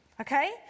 Okay